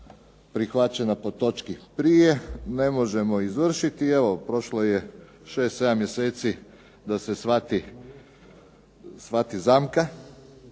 prihvaćena po točki prije ne možemo izvršiti, evo prošlo je 6, 7 mjeseci da se shvati zamka